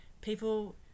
people